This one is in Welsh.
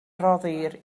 roddir